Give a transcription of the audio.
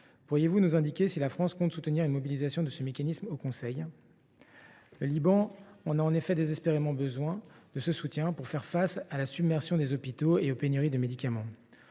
Pourriez vous nous indiquer si la France compte soutenir une mobilisation de ce mécanisme au Conseil européen ? Le Liban a en effet désespérément besoin de soutien pour faire face à la submersion des hôpitaux et aux pénuries de médicaments.